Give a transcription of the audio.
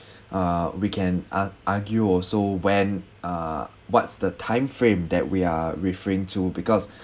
uh we can ar~ argue also when uh what's the time frame that we are referring to because